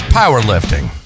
powerlifting